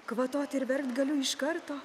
kvatot ir verkt galiu iš karto